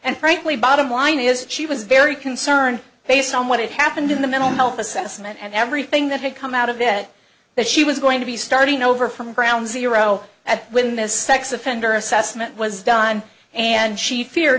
and frankly bottom line is she was very concerned based on what had happened in the mental health assessment and everything that had come out of it that she was going to be starting over from ground zero that when this sex offender assessment was done and she feared